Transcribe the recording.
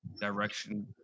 direction